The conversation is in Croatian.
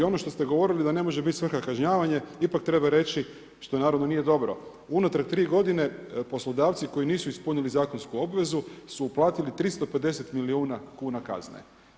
I ono što ste govorili da ne može biti svrha kažnjavanje, ipak treba reći, što naravno nije dobro, unatrag 3 godine poslodavci koji nisu ispunili zakonsku obvezu su uplatili 350 milijuna kuna kazne.